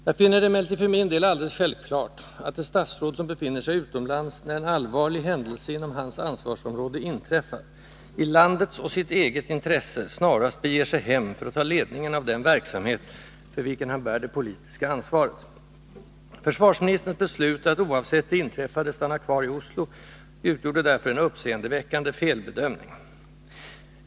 Jag finner det emellertid för min del alldeles självklart att ett statsråd, som befinner sig utomlands när en allvarlig händelse inom hans ansvarsområde inträffar i landets och sitt eget intresse snarast beger sig hem för att ta ledningen av den verksamhet för vilken han bär det politiska ansvaret. Försvarsministerns beslut att oavsett det inträffade stanna kvar i Oslo utgjorde därför en uppseendeväckande felbedömning.